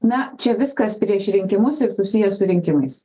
na čia viskas prieš rinkimus ir susiję su rinkimais